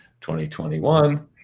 2021